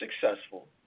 successful